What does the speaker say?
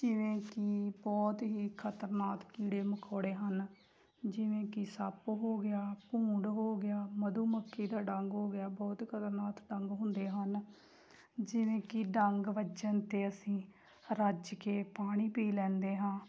ਜਿਵੇਂ ਕਿ ਬਹੁਤ ਹੀ ਖ਼ਤਰਨਾਕ ਕੀੜੇ ਮਕੌੜੇ ਹਨ ਜਿਵੇਂ ਕਿ ਸੱਪ ਹੋ ਗਿਆ ਭੂੰਡ ਹੋ ਗਿਆ ਮਧੂ ਮੱਖੀ ਦਾ ਡੰਗ ਹੋ ਗਿਆ ਬਹੁਤ ਖ਼ਤਰਨਾਕ ਡੰਗ ਹੁੰਦੇ ਹਨ ਜਿਵੇਂ ਕਿ ਡੰਗ ਵੱਜਣ 'ਤੇ ਅਸੀਂ ਰੱਜ ਕੇ ਪਾਣੀ ਪੀ ਲੈਂਦੇ ਹਾਂ